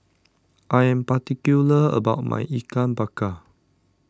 I am particular about my Ikan Bakar